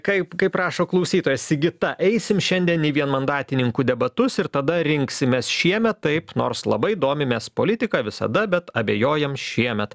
kaip kaip rašo klausytoja sigita eisim šiandien į vienmandatininkų debatus ir tada rinksimės šiemet taip nors labai domimės politika visada bet abejojam šiemet